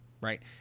right